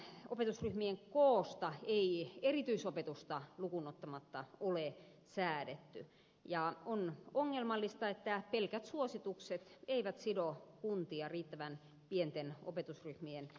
kuitenkaan opetusryhmien koosta ei erityisopetusta lukuun ottamatta ole säädetty ja on ongelmallista että pelkät suositukset eivät sido kuntia riittävän pienten opetusryhmien järjestämiseen